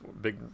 big